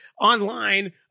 online